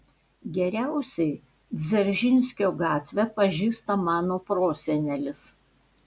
geriausiai dzeržinskio gatvę pažįsta mano prosenelis